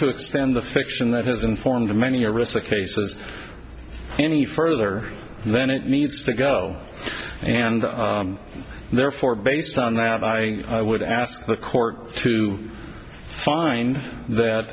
to extend the fiction that has informed many arista cases any further then it needs to go and therefore based on that i would ask the court to find that